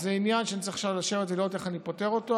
זה עניין שאני צריך עכשיו לשבת ולראות איך אני פותר אותו,